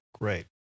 Great